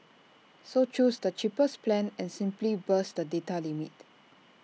so choose the cheapest plan and simply bust the data limit